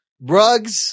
Rugs